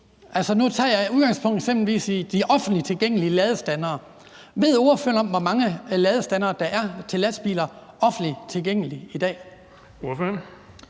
eksempelvis udgangspunkt i de offentligt tilgængelige ladestandere. Ved ordføreren, hvor mange ladestandere til lastbiler der er, som er offentligt tilgængelige i dag?